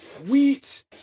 Wheat